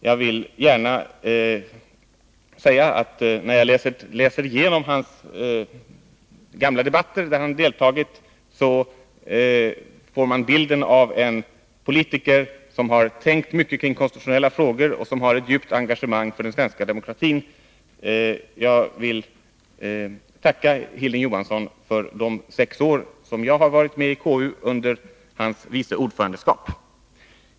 När jag läser igenom protokollen från gamla debatter där han deltagit, får jag bilden av en politiker som har tänkt mycket kring konstitutionella frågor och som har ett djupt engagemang för den svenska demokratin. Jag vill tacka Hilding Johansson för de sex år som jag har varit i KU under hans vice ordförandeskap.